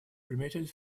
permitted